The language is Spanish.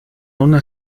una